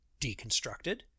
deconstructed